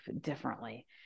differently